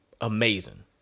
amazing